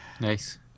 Nice